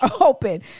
open